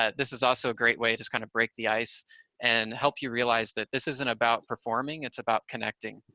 ah this is also a great way just kind of break the ice and help you realize that this isn't about performing, it's about connecting,